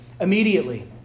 Immediately